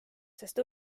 sest